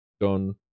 done